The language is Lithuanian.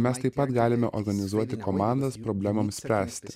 mes taip pat galime organizuoti komandas problemoms spręsti